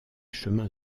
chemins